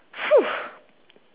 !huh!